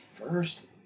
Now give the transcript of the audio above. first